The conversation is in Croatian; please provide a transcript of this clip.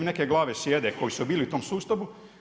Neke glave sjede koji su bili u tom sustavu.